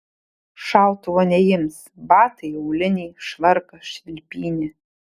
šautuvo neims batai auliniai švarkas švilpynė